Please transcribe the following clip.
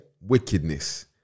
Wickedness